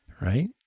right